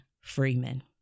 Freeman